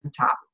top